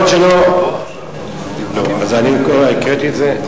אני הקראתי את זה: